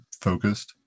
focused